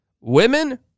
Women